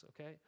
okay